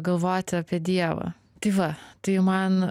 galvoti apie dievą tai va tai man